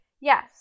yes